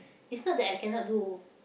is not that I cannot do